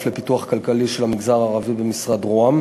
לפיתוח כלכלי של המגזר הערבי במשרד ראש הממשלה.